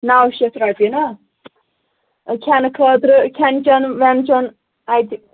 نَو شَتھ رۄپیہِ نا کھٮ۪نہٕ خٲطرٕ کھٮ۪ن چٮ۪ن وٮ۪ن چٮ۪ن اَتہِ